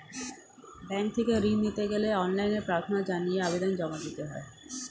bank থেকে ঋণ নিতে গেলে অনলাইনে প্রার্থনা জানিয়ে আবেদন জমা দিতে হয়